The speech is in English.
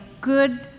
good